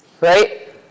Right